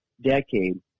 decade